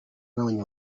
nabonye